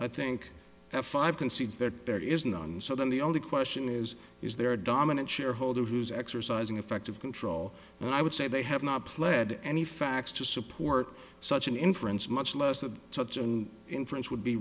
i think five concedes that there is none so then the only question is is there a dominant shareholder who's exercising effective control and i would say they have not pled any facts to support such an inference much less that such an inference would be